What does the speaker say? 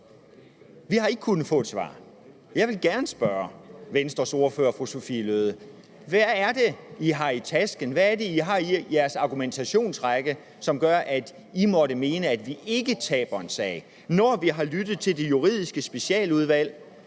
Vi har ikke kunnet få et svar. Jeg vil gerne spørge Venstres ordfører, fru Sophie Løhde: Hvad er det, Venstre har i tasken? Hvad har Venstre i sin argumentationsrække, som gør, at Venstre måtte mene, at vi ikke taber en sag? Når vi har lyttet til Juridisk Specialudvalg,